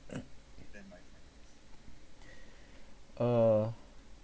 uh